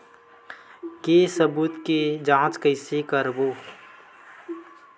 के सबूत के जांच कइसे करबो?